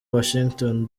washington